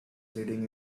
leading